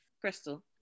Crystal